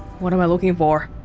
what am i looking for?